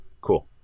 cool